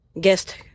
guest